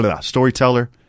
storyteller